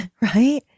Right